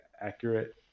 accurate